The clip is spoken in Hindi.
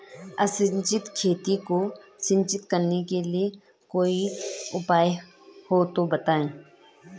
असिंचित खेती को सिंचित करने के लिए कोई उपाय हो तो बताएं?